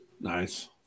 Nice